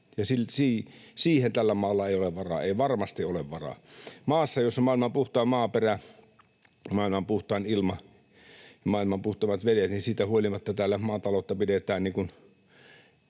ei ole varaa, ei varmasti ole varaa. Maassa, jossa on maailman puhtain maaperä, maailman puhtain ilma ja maailman puhtaimmat vedet, pidetään siitä huolimatta maataloutta niin